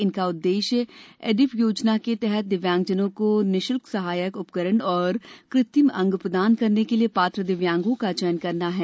इनका उद्देश्य एडिप योजना के तहत दिव्यांगजनों को निःशुल्क सहायक उपकरण एवं कृत्रिम अंग प्रदान करने के लिए पात्र दिव्यांगों का चयन करना है